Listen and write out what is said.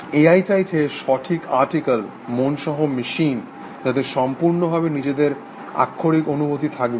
এ I চাইছে সঠিক article মন সহ মেশিন যাদের সম্পূর্ণভাবে নিজেদের আক্ষরিক অনুভূতি থাকবে